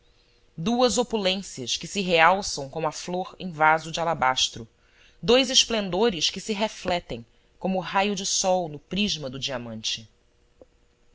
duas opulências que se realçam como a flor em vaso de alabastro dois esplendores que se refletem como o raio de sol no prisma do diamante